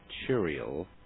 material